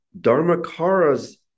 Dharmakara's